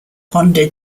honda